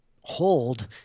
hold